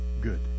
good